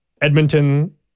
Edmonton